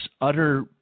utter